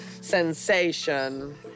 sensation